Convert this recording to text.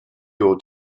your